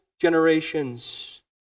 generations